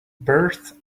birth